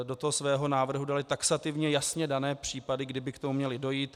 Do svého návrhu daly taxativně jasně dané případy, kdy by k tomu měly dojít.